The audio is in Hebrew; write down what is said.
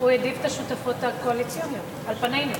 העדיף את השותפות הקואליציוניות על פנינו.